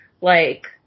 like-